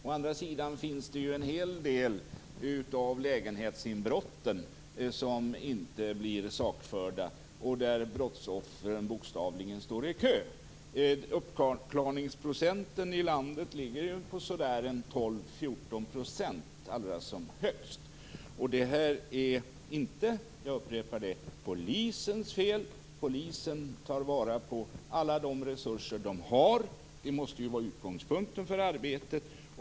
Å andra sidan finns det ju en hel del lägenhetsinbrott som inte blir sakförda och där brottsoffren bokstavligen står i kö. Uppklarningsprocenten i landet ligger ju på ca 12-14 % som högst. Det är inte polisens fel - jag upprepar det. Polisen tar vara på alla resurser de har. Det måste ju vara utgångspunkten för arbetet.